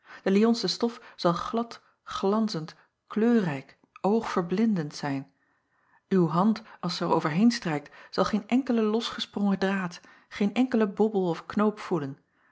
de yonsche stof zal glad glanzend kleurrijk oogverblindend zijn uw hand als zij er overheen strijkt zal geen enkelen losgesprongen draad geen enkelen bobbel of knoop voelen